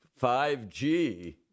5G